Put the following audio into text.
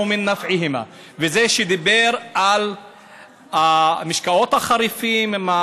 גדול וגם תועלת לאנשים.) זה שדיבר על המשקאות החריפים,